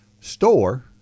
store